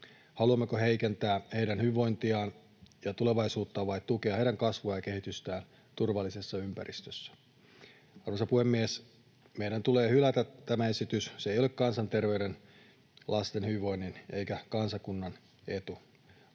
Haluammeko heikentää heidän hyvinvointiaan ja tulevaisuuttaan vai tukea heidän kasvuaan ja kehitystään turvallisessa ympäristössä? Arvoisa puhemies! Meidän tulee hylätä tämä esitys. Se ei ole kansanterveyden, lasten hyvinvoinnin eikä kansakunnan etu.